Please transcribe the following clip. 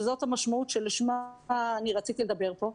וזאת המשמעות שלשמה רציתי דבר פה,